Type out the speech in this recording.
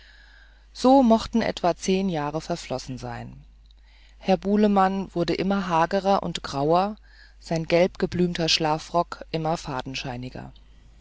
so mochten etwa zehn jahre verflossen sein herr bulemann wurde immer hagerer und grauer sein gelbgeblümter schlafrock immer